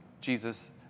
Jesus